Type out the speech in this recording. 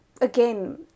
again